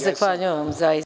Zahvaljujem.